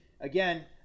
Again